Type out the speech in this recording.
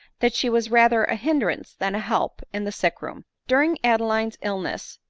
that she was rather a hindrance than a help in the sick room. during adeline's illness,